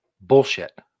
bullshit